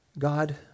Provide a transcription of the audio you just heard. God